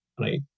Right